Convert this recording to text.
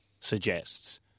suggests